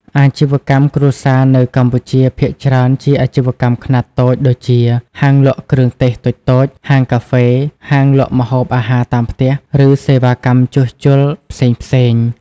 អាជីវកម្មគ្រួសារនៅកម្ពុជាភាគច្រើនជាអាជីវកម្មខ្នាតតូចដូចជា ហាងលក់គ្រឿងទេសតូចៗ ហាងកាហ្វេ ហាងលក់ម្ហូបអាហារតាមផ្ទះ ឬសេវាកម្មជួសជុលផ្សេងៗ។